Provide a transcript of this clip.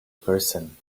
person